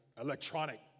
electronic